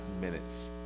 minutes